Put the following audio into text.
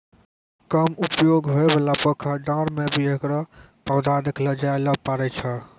कम उपयोग होयवाला पोखर, डांड़ में भी हेकरो पौधा देखलो जाय ल पारै छो